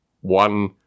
one